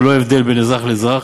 ללא הבדל בין אזרח לאזרח.